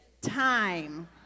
time